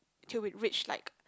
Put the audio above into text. till we reached like